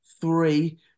three